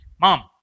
Mom